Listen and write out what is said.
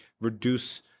reduce